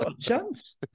chance